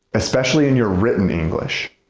especially in your written english.